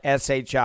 SHI